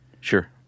Sure